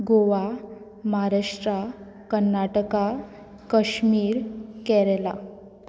Goa Maharashtra Karnataka Kashmir Kerala